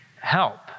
help